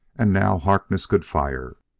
and now harkness could fire.